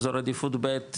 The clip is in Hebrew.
אזור עדיפות ב',